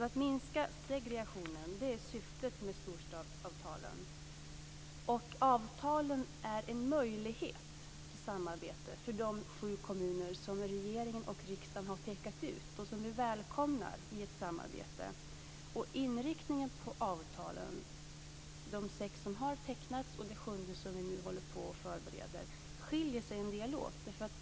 Att minska segregationen är alltså syftet med storstadsavtalen. Avtalen är en möjlighet till samarbete för de sju kommuner som regeringen och riksdagen har pekat ut och som vi välkomnar i ett samarbete. Inriktningen på avtalen - de sex avtal som har tecknats och det sjunde avtalet som vi nu förbereder - skiljer sig en del åt.